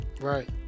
Right